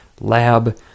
lab